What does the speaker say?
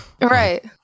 Right